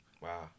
Wow